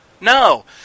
No